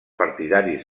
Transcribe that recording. partidaris